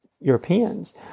Europeans